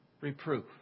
reproof